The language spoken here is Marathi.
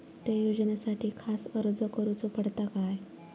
त्या योजनासाठी खास अर्ज करूचो पडता काय?